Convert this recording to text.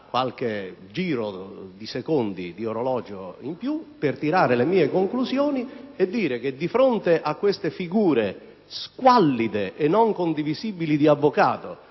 qualche secondo in più per tirare le mie conclusioni, vorrei dire che, di fronte a queste figure squallide e non condivisibili di avvocato